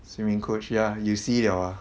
swimming coach ya you see 了 ah